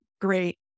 great